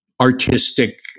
artistic